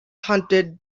hundred